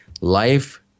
life